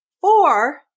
Four